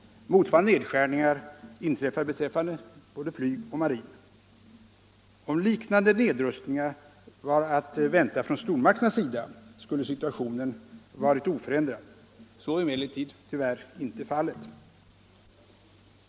Motsvarande nedskärningar inträffar beträffande flyg och marin. Om liknande nedrustningar var att vänta från stormakternas sida skulle situationen ha varit oförändrad. Så är emellertid tyvärr inte fallet.